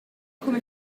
como